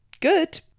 good